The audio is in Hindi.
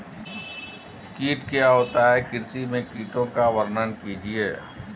कीट क्या होता है कृषि में कीटों का वर्णन कीजिए?